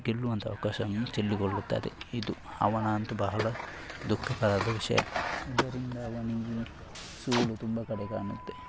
ಗೆಲ್ಲುವಂಥ ಅವಕಾಶವನ್ನು ಚೆಲ್ಲಿಕೊಳ್ಳುತ್ತದೆ ಇದು ಅವನಂತೂ ಬಹಳ ದುಃಖಕರಾದ ವಿಷಯ ಇದರಿಂದ ಅವನಿಗೆ ಸೋಲು ತುಂಬ ಕಡೆ ಕಾಣುತ್ತೆ